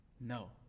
no